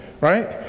right